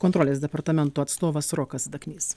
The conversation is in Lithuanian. kontrolės departamento atstovas rokas daknys